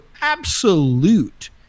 absolute